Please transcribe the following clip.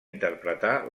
interpretar